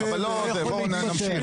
אבל בואו נמשיך.